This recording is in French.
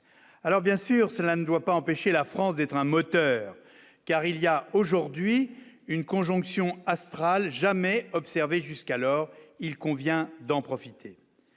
alors bien sûr, cela ne doit pas empêcher la France d'être un moteur car il y a aujourd'hui une conjonction astrale jamais observée jusqu'alors il convient d'en profiter,